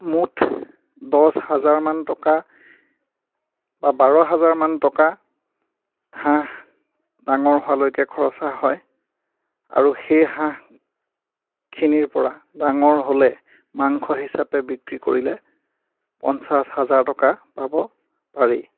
মুঠ দছ হাজাৰমান টকা বা বাৰ হাজাৰমান টকা হাঁহ ডাঙৰ হোৱালৈকে খৰচ হয় আৰু সেই হাঁহখিনিৰ পৰা ডাঙৰ হ'লে মাংস হিচাপে বিক্ৰী কৰিলে পঞ্চাছ হাজাৰ টকা পাব পাৰি